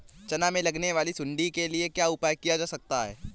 चना में लगने वाली सुंडी के लिए क्या उपाय किया जा सकता है?